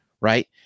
right